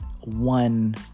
one